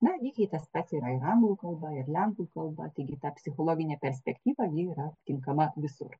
na lygiai tas pats yra ir anglų kalba ir lenkų kalba taigi ta psichologinė perspektyva ji yra tinkama visur